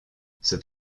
cet